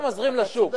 אתה מזרים לשוק.